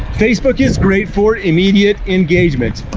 facebook is great for immediate engagement.